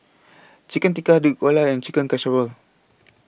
Chicken Tikka Dhokla and Chicken Casserole